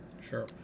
Sure